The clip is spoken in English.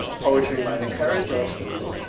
poetry might encourage us to do,